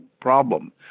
problem